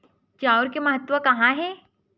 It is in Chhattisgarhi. चांउर के महत्व कहां हे?